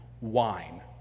wine